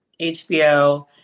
HBO